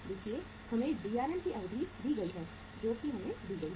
देखिए हमें DRM की अवधि दी गई है जोकि हमें दी गई है